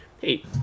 hey